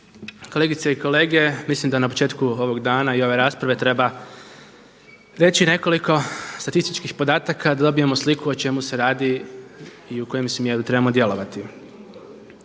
Kolegice i kolege. Mislim da na početku ovog dana i ove rasprave treba reći nekoliko statističkih podataka da dobijemo sliku o čemu se radi i u kojem smjeru trebamo djelovati.